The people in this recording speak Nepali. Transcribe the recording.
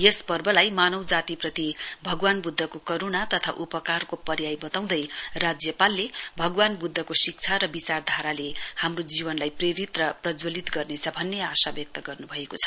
यस पर्वलाई मानवजातिप्रति भगवान वुद्धको करूणा तथा उपकारको पर्याय बताउँदै राज्यपालले भगवान वुद्धको शिक्षा र विचारधाराले हामो जीनवलाई प्रेरित र प्रज्वलित गर्नेछ भन्ने आशा व्यक्त गर्नुभएको छ